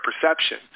perception